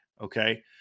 Okay